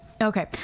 Okay